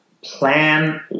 plan